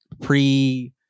pre-